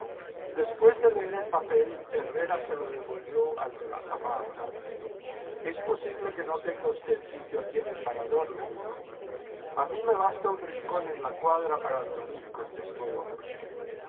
después de leer el papel herrera se lo devolvió al de la zamarra es posible que no tenga usted sitio aquí en el parador le dijo a mí me basta un rincón en la cuadra para dormir contestó el hombre